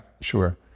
Sure